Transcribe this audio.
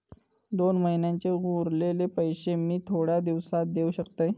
दोन महिन्यांचे उरलेले पैशे मी थोड्या दिवसा देव शकतय?